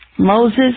Moses